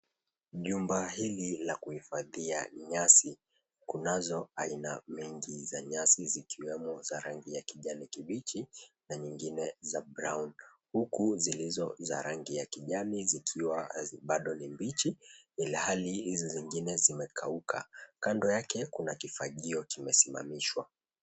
Jumba hili la kuhifadhia nyasi. Kunazo aina mengi za nyasi zikiwemo za rangi ya kijani kibichi, na nyingine za brown . Huku zilizo za rangi ya kijani zikiwa bado ni mbichi, ilhali hizi zingine zimekauka. Kando yake Kuna kifagio kimesimamishwa.